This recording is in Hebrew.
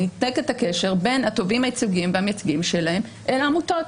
ניתק את הקשר בין התובעים הייצוגיים והמייצגים שלהם אל העמותות.